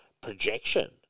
projection